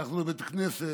הלכנו לבית הכנסת,